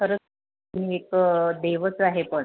खरंच तुम्ही एक देवच आहे पण